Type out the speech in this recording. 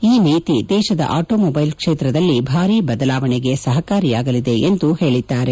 ಈ ನೀತಿ ದೇಶದ ಆಟೋ ಮೊಬ್ಬೆಲ್ ಕ್ಷೇತ್ರದಲ್ಲಿ ಬಾರೀ ಬದಲಾವಣೆಗೆ ಸಹಕಾರಿಯಾಗಲಿದೆ ಎಂದು ಹೇಳಿದ್ದಾರೆ